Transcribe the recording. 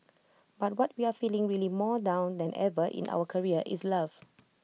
but what we are feeling really more now than ever in our career is love